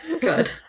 Good